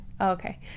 Okay